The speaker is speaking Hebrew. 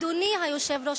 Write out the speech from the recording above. אדוני היושב-ראש,